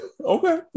Okay